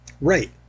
Right